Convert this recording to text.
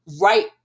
right